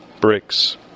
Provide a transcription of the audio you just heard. bricks